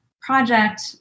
project